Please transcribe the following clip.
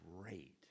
great